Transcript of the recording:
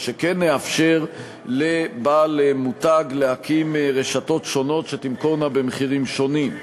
וכן נאפשר לבעל מותג להקים רשתות שונות שתמכורנה במחירים שונים.